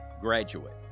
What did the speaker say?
graduate